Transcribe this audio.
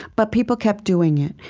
but people kept doing it.